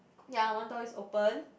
ya one door is open